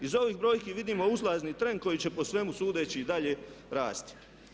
Iz ovih brojki vidimo uzlazni trend koji će po svemu sudeći i dalje rasti.